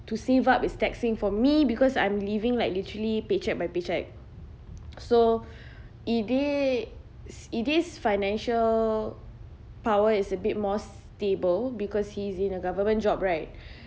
to save up is taxing for me because I'm living like literally paycheque by paycheque so eday's eday's financial power is a bit more stable because he's in a government job right